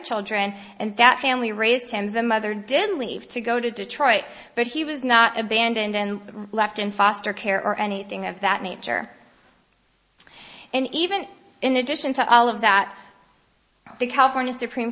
children and that family raised him the mother didn't leave to go to detroit but he was not abandoned and left in foster care or anything of that nature and even in addition to all of that well the california supreme